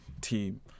team